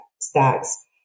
stacks